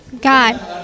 God